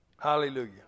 Hallelujah